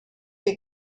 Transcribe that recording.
you